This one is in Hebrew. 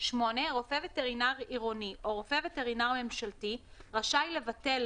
(8)רופא וטרינר עירוני או רופא וטרינר ממשלתי רשאי לבטל,